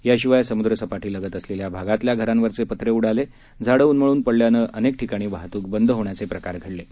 याशिवाय समुद्र सपाटी लगत असलेल्या भागातल्या घरांवरचे पत्रे उडून गेले झाडे उन्मळून पडल्यानं अनेक ठिकाणी वाहतूक बंद होण्याचे प्रकार घडले आहेत